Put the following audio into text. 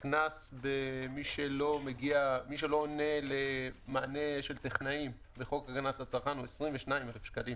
הקנס במי שלא עונה למענה של טכנאים בחוק הגנת הצרכן הוא 22,000 שקלים